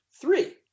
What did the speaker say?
Three